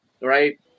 right